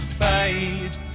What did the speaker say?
fade